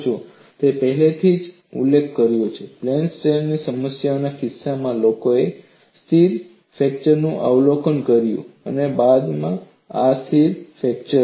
મેં પહેલેથી જ ઉલ્લેખ કર્યો છે પ્લેન સ્ટ્રેસ સમસ્યાઓના કિસ્સામાં લોકોએ સ્થિર ફ્રેક્ચરનું અવલોકન કર્યું છે અને ત્યારબાદ અસ્થિર ફ્રેક્ચર છે